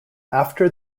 after